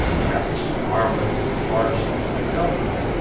it has to keep borrowing large sums from other governments,